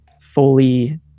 fully